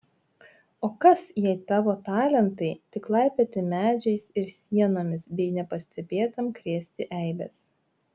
o kas jei tavo talentai tik laipioti medžiais ir sienomis bei nepastebėtam krėsti eibes